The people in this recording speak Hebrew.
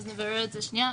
אז נברר את זה שנייה,